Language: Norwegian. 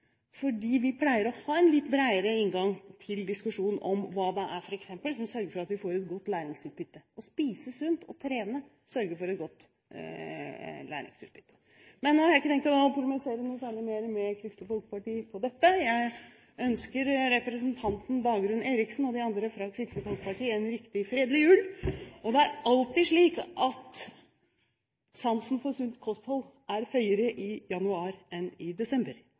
fordi vi pleier å ha en litt bredere inngang til diskusjonen om hva det f.eks. er som sørger for at vi får et godt læringsutbytte. Å spise sunt og trene sørger for et godt læringsutbytte. Men nå har jeg ikke tenkt å polemisere noe særlig mer med Kristelig Folkeparti om dette – jeg ønsker representanten Dagrun Eriksen og de andre fra Kristelig Folkeparti en riktig fredelig jul. Og det er alltid slik at sansen for sunt kosthold er større i januar enn i desember!